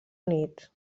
units